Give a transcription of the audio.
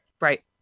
right